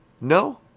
no